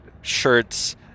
shirts